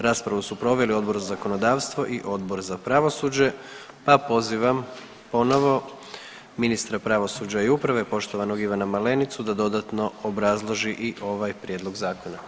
Raspravu su proveli Odbor za zakonodavstvo i Odbor za pravosuđe, pa pozivam ponovo ministra pravosuđa i uprave poštovanog Ivana Malenicu da dodatno obrazloži i ovaj prijedlog zakona.